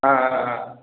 ஆ ஆ ஆ